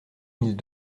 mille